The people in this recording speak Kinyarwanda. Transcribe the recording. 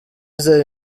zari